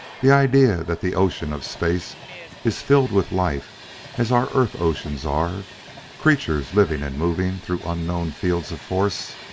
the idea that the ocean of space is filled with life as our earth-oceans are creatures living and moving through unknown fields of force.